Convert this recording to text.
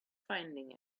finding